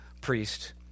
priest